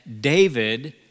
David